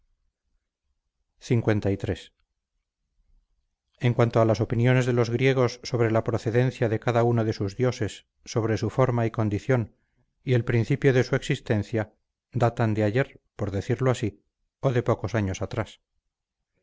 liii en cuanto a las opiniones de los griegos sobre la procedencia de cada uno de sus dioses sobre su forma y condición y el principio de su existencia datan de ayer por decirlo así o de pocos años atrás